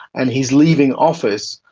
and he is leaving office,